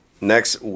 Next